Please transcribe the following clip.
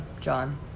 John